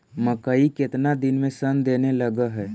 मकइ केतना दिन में शन देने लग है?